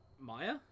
Maya